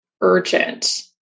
urgent